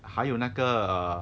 还有那个